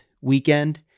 weekend